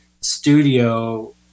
studio